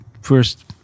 first